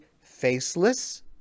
faceless